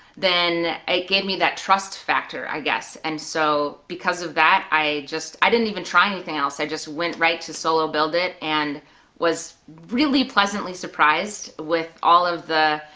then it gave me that trust factor i guess, and so because of that i just, i didn't even try anything else, i just went right to solo build it! and was really pleasantly surprised with all of the,